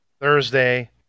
Thursday